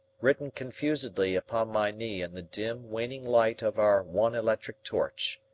written confusedly upon my knee in the dim, waning light of our one electric torch.